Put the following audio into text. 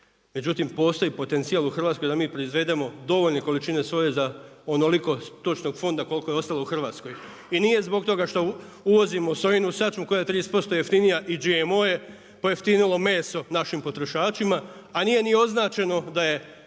Međutim, postoji potencijal u Hrvatskoj da mi proizvedemo dovoljne količine soje za onoliko stočnog fonda koliko je ostalo u Hrvatskoj. I nije zbog toga što uvozimo sojinu sačmu koja je 30% jeftinija i GMO je, pojeftinilo meso našim potrošačima a nije ni označeno da je